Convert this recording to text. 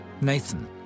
Nathan